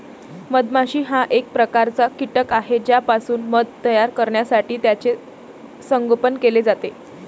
मधमाशी हा एक प्रकारचा कीटक आहे ज्यापासून मध तयार करण्यासाठी त्याचे संगोपन केले जाते